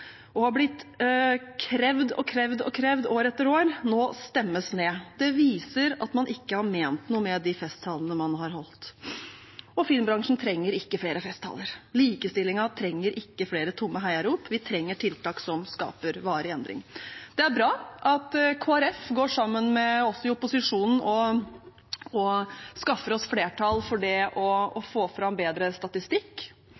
som har blitt krevd og krevd og krevd år etter år – nå stemmes ned, viser at man ikke har ment noe med de festtalene man har holdt. Filmbransjen trenger ikke flere festtaler. Likestillingen trenger ikke flere tomme heiarop. Vi trenger tiltak som skaper varig endring. Det er bra at Kristelig Folkeparti går sammen med oss i opposisjonen og skaffer oss flertall for det å